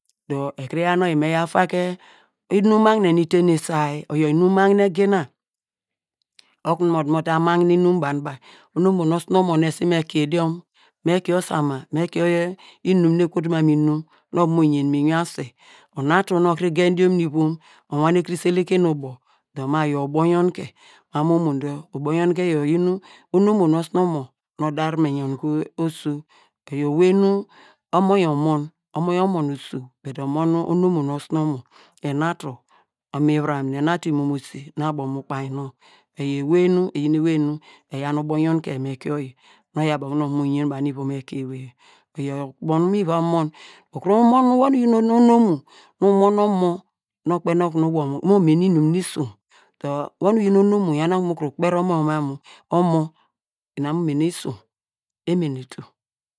Dor ekuru yaw nu oyi me fa ke inum magnem nu iten isay oyor inum magne gina, okunu oda ta okunu mo ta magne inum banu ba, onomo nu osunomo nu esi me kie idiom, me kie osama, me kie inum nu ekotu mam mu imum nu ovon mo yen mu inwin asweri, ona tu nu okiri gen dumken ivom owanem seleke nu ubo dor ma iyor ubo yonke mama omo dor, ubo yonke yor oyin nu onomo nu osunomo odar mo yonke oso, eyor ewey nu omo yor omon, omo yor omon oso bedi dor omon duram, nu- osunomo nu enatu imi vuram, nu enatu imomosi nu abo mu ukpainy nonw eyor ewey nu eyin ewey nu eyah nu ubo yonke me kie oyi nu oyi abo okuno mo yen banu ivom ekein ewey yor, oyor ubo nu mi va mon, ukum mon wir nu uyin onomo nu umon omo nu okpeiny okunu, mo mene inum nu isom dor wor nu uyin onome nyah okunu mu kuru kperi omo yor mam mu, omo ina nu mu mene isom, emenetu